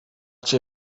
cię